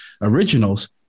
originals